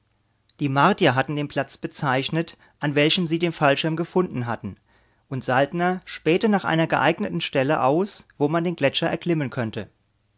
die martier hatten den platz bezeichnet an welchem sie den fallschirm gefunden hatten und saltner spähte nach einer geeigneten stelle aus wo man den gletscher erklimmen könnte